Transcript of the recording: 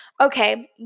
okay